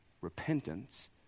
Repentance